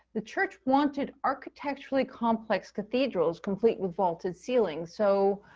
the church wanted architecturally complex cathedrals complete with vaulted ceilings. so,